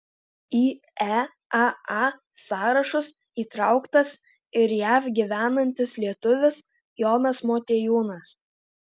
į eaa sąrašus įtrauktas ir jav gyvenantis lietuvis jonas motiejūnas